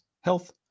health